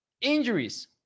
injuries